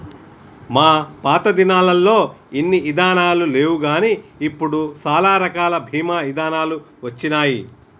మా పాతదినాలల్లో ఇన్ని ఇదానాలు లేవుగాని ఇప్పుడు సాలా రకాల బీమా ఇదానాలు వచ్చినాయి